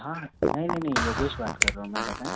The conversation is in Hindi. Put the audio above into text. हाँ हँ नहीं नहीं नहीं योगेश बात कर रहा हूँ मैं बताएं